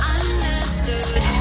understood